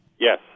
Yes